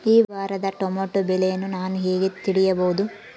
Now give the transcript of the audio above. ಈ ವಾರದ ಟೊಮೆಟೊ ಬೆಲೆಯನ್ನು ನಾನು ಹೇಗೆ ತಿಳಿಯಬಹುದು?